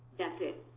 that's it.